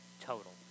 total